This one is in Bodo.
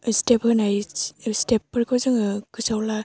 स्टेप होनाय स्टेपफोरखौ जोङो गोसोयाव ला